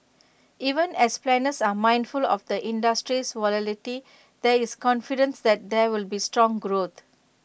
even as planners are mindful of the industry's volatility there is confidence that there will be strong growth